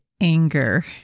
anger